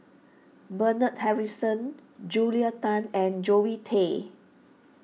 Bernard Harrison Julia Tan and Zoe Tay